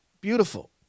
beautiful